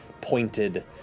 pointed